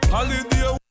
Holiday